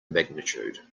magnitude